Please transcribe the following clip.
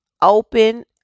open